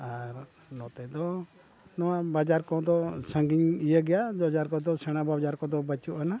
ᱟᱨ ᱱᱚᱛᱮ ᱫᱚ ᱱᱚᱣᱟ ᱵᱟᱡᱟᱨ ᱠᱚᱫᱚ ᱥᱟᱺᱜᱤᱧ ᱤᱭᱟᱹ ᱜᱮᱭᱟ ᱵᱟᱡᱟᱨ ᱠᱚᱫᱚ ᱥᱮᱬᱟ ᱵᱟᱡᱟᱨ ᱠᱚᱫᱚ ᱵᱟᱹᱱᱩᱜ ᱟᱱᱟ